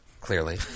clearly